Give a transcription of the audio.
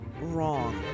wrong